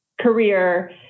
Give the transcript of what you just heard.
career